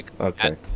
Okay